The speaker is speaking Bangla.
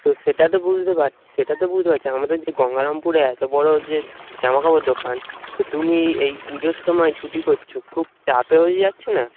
তো সেটা তো বুঝতে পারছি সেটা তো বুঝতে পারছি আমাদের যে গঙ্গারামপুরে এত বড় যে জামাকাপড় দোকান তো তুমি এই পুজোর সময় ছুটি করছ খুব চাপের হয়ে যাচ্ছে না